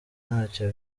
ntacyo